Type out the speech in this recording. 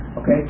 Okay